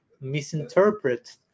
misinterpret